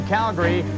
Calgary